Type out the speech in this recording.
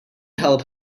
help